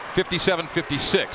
57-56